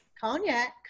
Cognac